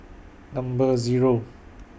Number Zero